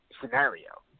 scenario